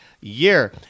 year